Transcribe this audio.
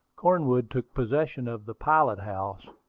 cornwood took possession of the pilot-house,